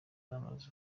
namaze